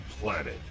planet